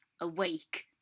awake